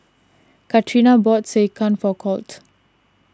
Catrina bought Sekihan for Colt